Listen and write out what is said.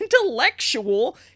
intellectual